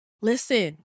Listen